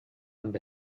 amb